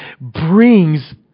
brings